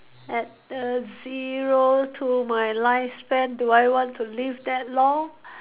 add a zero to my lifespan do I want to live that long